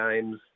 games